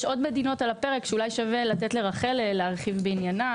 יש עוד מדינות על הפרק שאולי שווה לתת לרחל להרחיב בעניינן.